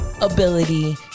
ability